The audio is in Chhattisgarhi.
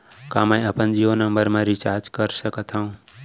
का मैं अपन जीयो नंबर म रिचार्ज कर सकथव?